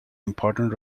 important